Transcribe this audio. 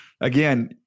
Again